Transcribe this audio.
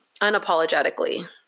unapologetically